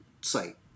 site